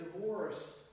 divorced